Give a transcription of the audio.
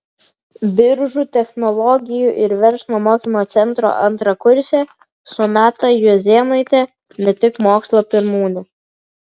biržų technologijų ir verslo mokymo centro antrakursė sonata juozėnaitė ne tik mokslo pirmūnė